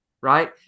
right